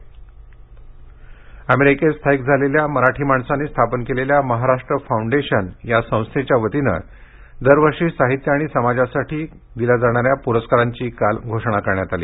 एलकंचवार प्रस्कार अमेरिकेत स्थायिक झालेल्या मराठी माणसांनी स्थापन केलेल्या महाराष्ट्र फाउंडेशन या संस्थेच्या वतीने दरवर्षी साहित्य आणि समाजकार्साठी दिल्या जाणाऱ्या प्रस्कारांची काल घोषणा करण्यात आली